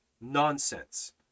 nonsense